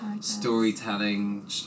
storytelling